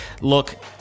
look